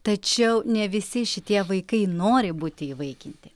tačiau ne visi šitie vaikai nori būti įvaikinti